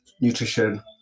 nutrition